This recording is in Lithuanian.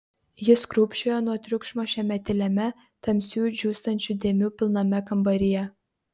jis krūpčiojo nuo triukšmo šiame tyliame tamsių džiūstančių dėmių pilname kambaryje